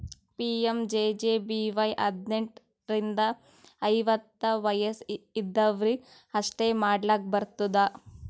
PMJJBY ಹದ್ನೆಂಟ್ ರಿಂದ ಐವತ್ತ ವಯಸ್ ಇದ್ದವ್ರಿಗಿ ಅಷ್ಟೇ ಮಾಡ್ಲಾಕ್ ಬರ್ತುದ